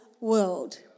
world